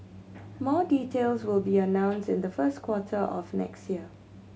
more details will be announced in the first quarter of next year